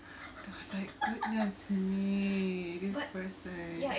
then I was like goodness me this person